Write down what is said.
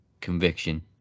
conviction